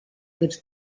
per